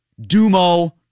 Dumo